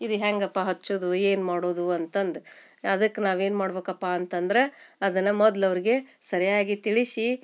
ಇದು ಹೇಗಪ್ಪಾ ಹಚ್ಚೋದು ಏನು ಮಾಡೋದು ಅಂತಂದು ಅದಕ್ಕೆ ನಾವು ಏನು ಮಾಡಬೇಕಪ್ಪ ಅಂತಂದ್ರೆ ಅದನ್ನು ಮೊದ್ಲು ಅವ್ರಿಗೆ ಸರಿಯಾಗಿ ತಿಳಿಸಿ